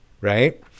right